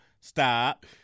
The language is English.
stop